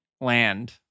land